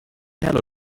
hello